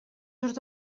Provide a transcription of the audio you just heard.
just